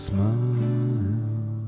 Smile